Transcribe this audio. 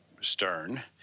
stern –